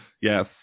Yes